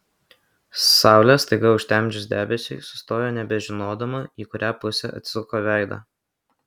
saulę staiga užtemdžius debesiui sustojo nebežinodama į kurią pusę atsuko veidą